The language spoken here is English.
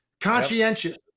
conscientious